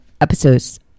episodes